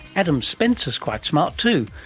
adam spencer is quite smart too.